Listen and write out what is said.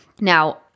Now